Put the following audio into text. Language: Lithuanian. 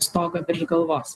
stogą virš galvos